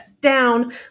down